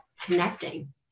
connecting